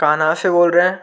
कान्हा से से बोल रहे हैं